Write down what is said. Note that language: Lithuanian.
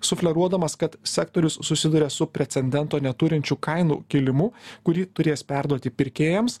sufleruodamas kad sektorius susiduria su precedento neturinčiu kainų kilimu kurį turės perduoti pirkėjams